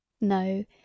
No